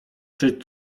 czy